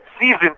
season